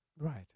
Right